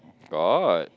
got